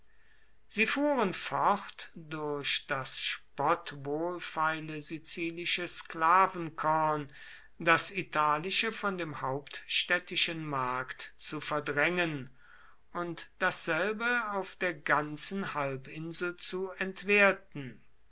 sie fuhren fort durch das spottwohlfeile sizilische sklavenkorn das italische von dem hauptstädtischen markt zu verdrängen und dasselbe auf der ganzen halbinsel zu entwerten